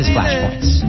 Flashpoints